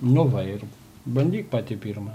nu va ir bandyk patį pirmą